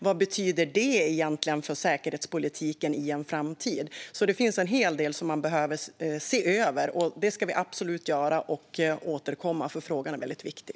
Vad betyder det egentligen för säkerhetspolitiken i en framtid? Det finns alltså en hel del man behöver se över. Det ska vi absolut göra och återkomma, för frågan är väldigt viktig.